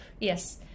yes